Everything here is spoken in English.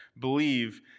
believe